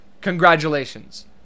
congratulations